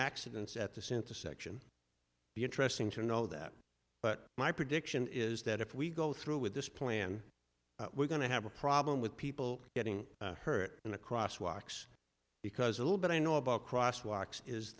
accidents at this intersection be interesting to know that but my prediction is that if we go through with this plan we're going to have a problem with people getting hurt in a crosswalk because a little bit i know about crosswalks is